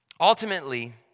Ultimately